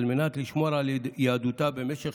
על מנת לשמור על יהדותה במשך